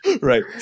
Right